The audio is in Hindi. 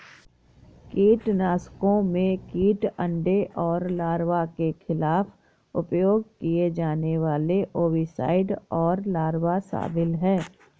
कीटनाशकों में कीट अंडे और लार्वा के खिलाफ उपयोग किए जाने वाले ओविसाइड और लार्वा शामिल हैं